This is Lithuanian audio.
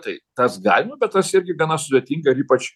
tai tas galima bet tas irgi gana sudėtinga ir ypač